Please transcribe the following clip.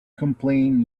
complain